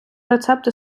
рецепти